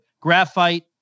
graphite